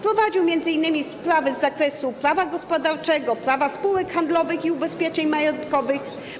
Prowadził m.in. sprawy z zakresu prawa gospodarczego, prawa spółek handlowych i ubezpieczeń majątkowych.